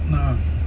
a'ah